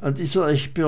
an dieser echt